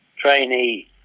trainee